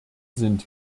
sind